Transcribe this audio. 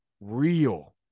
real